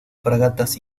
fragatas